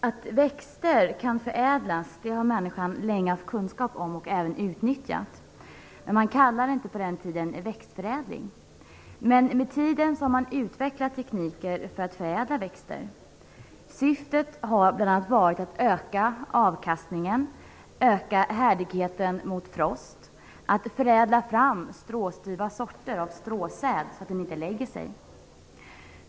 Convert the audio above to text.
Herr talman! Att växter kan förädlas har människan länge haft kunskap om och även utnyttjat, men man kallade det inte förr i tiden för växtförädling. Med tiden har man utvecklat tekniker för att förädla växter. Syftet har bl.a. varit att öka avkastningen, att öka härdigheten mot frost och att förädla fram stråstyva sorter av stråsäd så att de inte lägger sig.